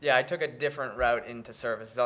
yeah i took a different route into service.